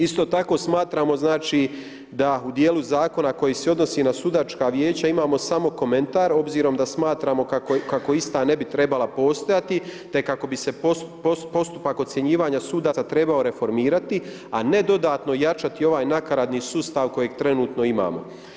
Isto tako smatramo znači da u dijelu zakona koji se odnosi na sudačka vijeća imamo samo komentar obzirom da smatramo kako ista ne bi trebala postojati, te kako bi se postupak ocjenjivanja sudaca trebao reformirati, a ne dodatno jačati ovaj nakaradni sustav kojeg trenutno imamo.